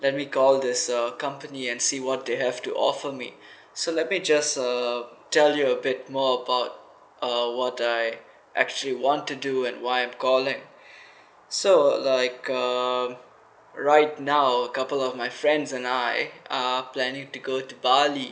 let me call this uh company and see what they have to offer me so let me just uh tell you a bit more about uh what I actually want to do and why I'm calling so like um right now couple of my friends and I are planning to go to bali